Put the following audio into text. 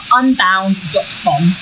unbound.com